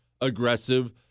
aggressive